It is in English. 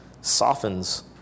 softens